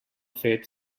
fet